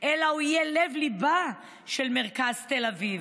אלא הוא יהיה לב-ליבו של מרכז תל אביב.